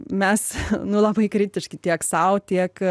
mes nu labai kritiški tiek sau tiek